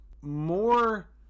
more